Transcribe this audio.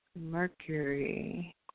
Mercury